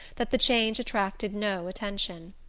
that the change attracted no attention.